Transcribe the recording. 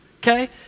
Okay